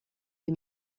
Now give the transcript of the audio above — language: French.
les